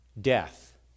death